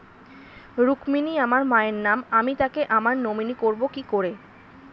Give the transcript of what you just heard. রুক্মিনী আমার মায়ের নাম আমি তাকে আমার নমিনি করবো কি করে?